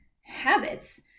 habits